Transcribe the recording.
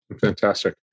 Fantastic